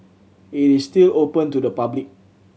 it is still open to the public